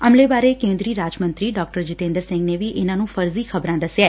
ਅਮਲੇ ਬਾਰੇ ਕੇ ਂਦਰੀ ਰਾਜ ਮੰਤਰੀ ਡਾ ਜਿਤੇ ਂਦਰ ਸਿੰਘ ਨੇ ਵੀ ਇਨੂਾਂ ਨੂੰ ਫ਼ਰਜੀ ਖ਼ਬਰਾਂ ਦਸਿਐ